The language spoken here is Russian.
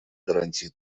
гарантией